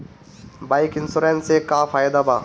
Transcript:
Bike insurance से का फायदा बा?